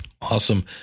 Awesome